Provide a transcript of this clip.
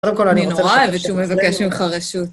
קודם כל אני נורא אהבת שהוא מבקש ממך רשות.